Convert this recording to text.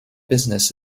business